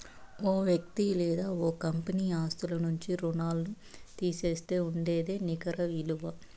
ఓ వ్యక్తి లేదా ఓ కంపెనీ ఆస్తుల నుంచి రుణాల్లు తీసేస్తే ఉండేదే నికర ఇలువ